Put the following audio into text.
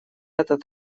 этот